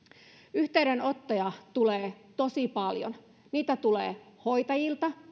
yhteydenottoja tulee tosi paljon niitä tulee hoitajilta